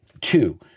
Two